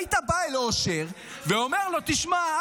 היית בא אל אושר ואומר לו: תשמע,